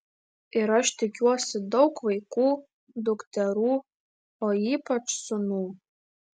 ir aš tikiuosi daug vaikų dukterų o ypač sūnų